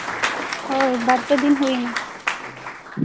ᱦᱳᱭ ᱵᱟᱨ ᱯᱮ ᱫᱤᱱ ᱦᱩᱭᱱᱟ